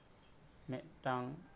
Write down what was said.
ᱢᱤᱫᱴᱟᱝ